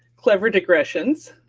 clever digressions,